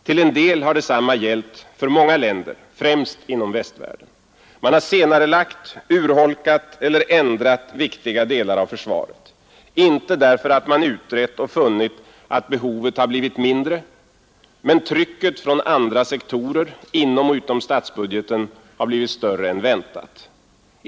Till en del har detsamma gällt för många länder, främst inom västvärlden. Man har senarelagt, urholkat eller ändrat viktiga delar av försvaret, inte därför att man utrett och funnit att behovet blivit mindre, men därför att trycket från andra sektorer inom och utom statsbudgeten har blivit större än väntat.